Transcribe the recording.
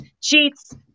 Cheats